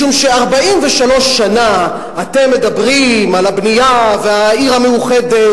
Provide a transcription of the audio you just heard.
משום ש-43 שנה אתם מדברים על הבנייה ועל העיר המאוחדת,